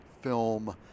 film